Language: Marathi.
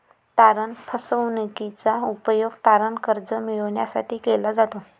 तारण फसवणूकीचा उपयोग तारण कर्ज मिळविण्यासाठी केला जातो